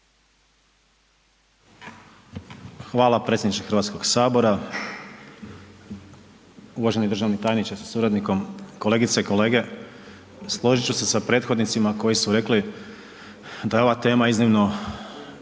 Hvala predsjedniče Hrvatskog sabora, uvaženi državni tajniče sa suradnikom, kolegice i kolege složit ću se sa prethodnicima koji su rekli da je ova tema iznimno